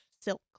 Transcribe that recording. silk